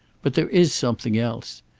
but there is something else.